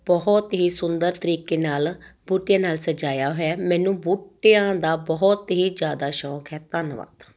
ਬਹੁਤ ਹੀ ਸੁੰਦਰ ਤਰੀਕੇ ਨਾਲ ਬੂਟਿਆਂ ਨਾਲ ਸਜਾਇਆ ਹੋਇਆ ਮੈਨੂੰ ਬੂਟਿਆਂ ਦਾ ਬਹੁਤ ਹੀ ਜ਼ਿਆਦਾ ਸ਼ੌਂਕ ਹੈ ਧੰਨਵਾਦ